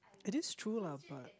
it's true lah but